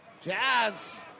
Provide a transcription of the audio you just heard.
Jazz